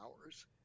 hours